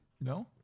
No